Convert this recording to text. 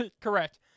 Correct